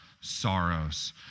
sorrows